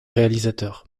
réalisateur